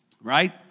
Right